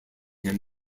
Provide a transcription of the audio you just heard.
him